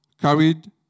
carried